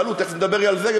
תכף נדבר על זה,